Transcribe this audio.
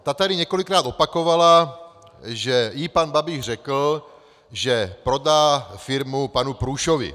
Ta tady několikrát opakovala, že jí pan Babiš řekl, že prodá firmu panu Průšovi.